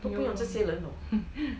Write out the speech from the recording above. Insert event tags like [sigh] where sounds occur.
[laughs]